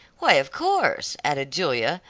why, of course, added julia,